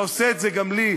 אתה עושה את זה גם לי,